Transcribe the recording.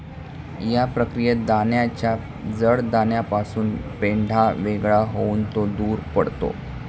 या प्रक्रियेत दाण्याच्या जड दाण्यापासून पेंढा वेगळा होऊन तो दूर पडतो